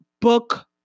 book